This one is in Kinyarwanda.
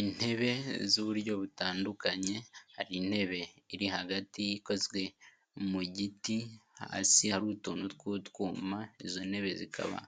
Intebe z'uburyo butandukanye hari intebe iri hagati ikozwe mu giti, hasi hari utuntu tw'utwuma, izo ntebe zikaba